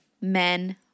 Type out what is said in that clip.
men